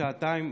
שעתיים,